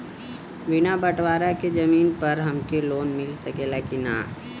बिना बटवारा के जमीन पर हमके लोन मिल सकेला की ना?